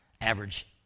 average